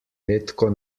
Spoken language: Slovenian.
redko